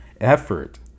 effort